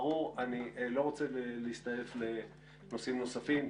אני לא רוצה להסתעף לנושאים נוספים.